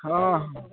हँ हँ